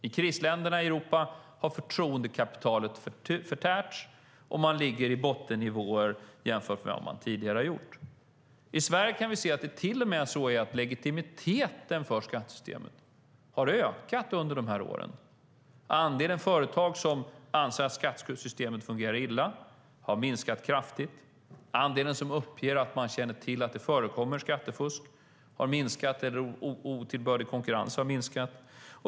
I krisländerna i Europa har förtroendekapitalet förtärts, och man ligger på bottennivåer jämfört med tidigare. I Sverige kan vi se att legitimiteten för skattesystemet till och med har ökat under de här åren. Andelen företag som anser att skattesystemet fungerar illa har minskat kraftigt. Andelen som uppger att man känner till att det förekommer skattefusk har minskat, och otillbörlig konkurrens har minskat.